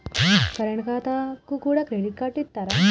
Current ఖాతాకు కూడా credit card ఇత్తరా?